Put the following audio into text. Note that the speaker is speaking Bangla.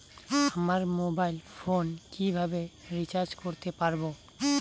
আমার মোবাইল ফোন কিভাবে রিচার্জ করতে পারব?